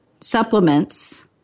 supplements